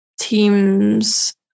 teams